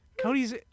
Cody's